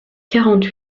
quarante